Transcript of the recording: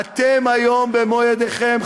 אתם היום במו-ידיכם,